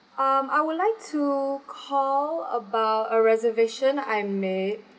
um I would like to call about a reservation I